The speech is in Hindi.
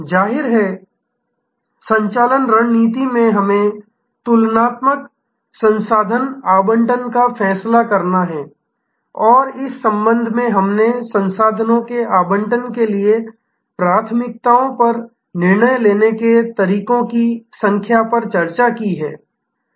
जाहिर है संचालन रणनीति में हमें तुलनात्मक संसाधन आवंटन का फैसला करना है और इस संबंध में हमने संसाधनों के आवंटन के लिए प्राथमिकताओं पर निर्णय लेने के तरीकों की संख्या पर चर्चा की है